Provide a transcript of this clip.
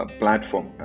platform